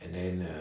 and then uh